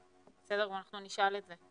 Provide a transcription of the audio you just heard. כן, בסדר גמור, אנחנו נשאל את זה.